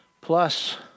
plus